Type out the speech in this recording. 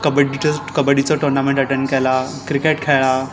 कब्बडीचे कब्बडीचो टोनामँट अटँड केला क्रिकेट खेळा